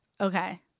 Okay